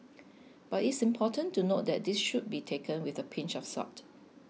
but it's important to note that this should be taken with a pinch of salt